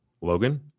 Logan